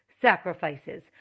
sacrifices